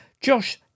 Josh